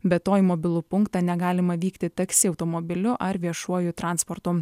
be to į mobilų punktą negalima vykti taksi automobiliu ar viešuoju transportu